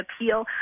appeal